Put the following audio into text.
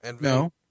No